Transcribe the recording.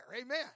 Amen